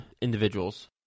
individuals